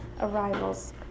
arrivals